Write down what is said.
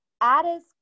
Addis